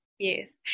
yes